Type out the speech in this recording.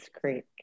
Creek